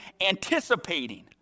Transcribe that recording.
anticipating